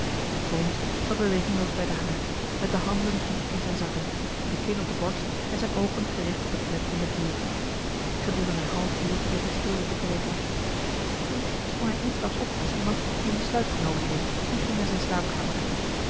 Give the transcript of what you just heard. holmes zat bewegingloos bij den haard met de handen diep in zijn zakken de kin op de borst en zijn oogen gericht op het knetterende vuur gedurende een half uur bleef hij stil zitten kijken toen sprong hij eensklaps op als iemand die een besluit genomen heeft en ging naar zijn slaapkamer